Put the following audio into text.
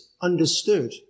understood